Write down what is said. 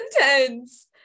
intense